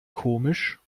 komisch